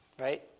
Right